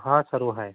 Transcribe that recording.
हाँ सर वो है